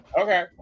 okay